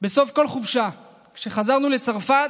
בסוף כל חופשה כשחזרנו לצרפת,